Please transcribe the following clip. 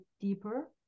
deeper